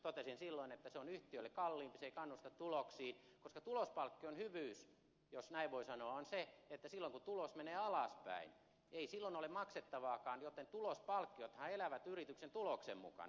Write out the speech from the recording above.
totesin silloin että se on yhtiölle kalliimpi se ei kannusta tuloksiin koska tulospalkkion hyvyys jos näin voi sanoa on se että silloin kun tulos menee alaspäin ei silloin ole maksettavaakaan joten tulospalkkiothan elävät yrityksen tuloksen mukana